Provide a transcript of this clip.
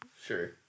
Sure